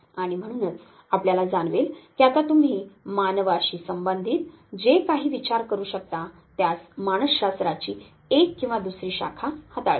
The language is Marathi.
आणि म्हणूनचआपल्याला जाणवेल की आता तुम्ही मानवाशी संबंधित जे काही विचार करू शकता त्यास मानसशास्त्राची एक किंवा दुसरी शाखा हाताळते